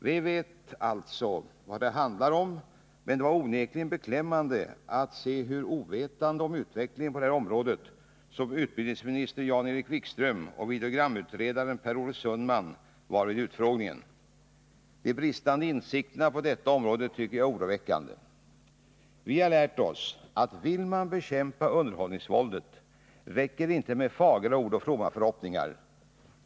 Vi vet alltså vad det handlar om, men det var onekligen beklämmande hur ovetande om utvecklingen på detta område utbildningsministern Jan-Erik Wikström och videogramutredaren Per Olof Sundman var vid utfrågningen. De bristande insikterna på detta område tycker jag är oroväckande. Vi har lärt oss att vill man bekämpa underhållningsvåldet räcker det inte med fagra ord och fromma förhoppningar.